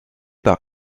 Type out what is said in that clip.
par